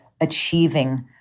achieving